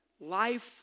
life